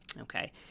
okay